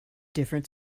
different